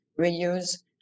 reuse